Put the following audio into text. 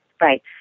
Right